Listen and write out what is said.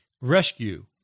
rescue